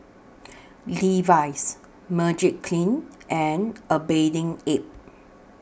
Levi's Magiclean and A Bathing Ape